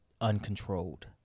Uncontrolled